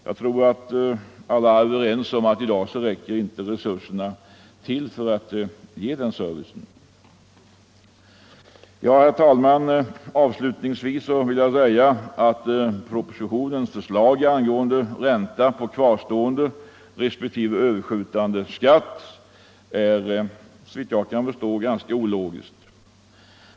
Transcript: Jag tror att alla är överens om att resurserna i dag inte räcker till för den servicen. Herr talman! Jag vill avslutningsvis säga att propositionens förslag angående ränta på kvarstående respektive överskjutande skatt såvitt jag förstår är ganska ologiskt.